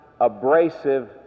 abrasive